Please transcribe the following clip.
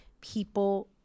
people